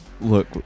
look